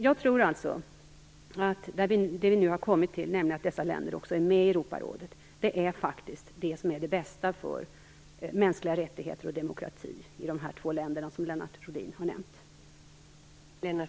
Jag tror alltså att det som vi nu har kommit till, nämligen att dessa länder också är med i Europarådet, faktiskt är det bästa för mänskliga rättigheter och demokrati i dessa två länder som Lennart Rohdin har nämnt.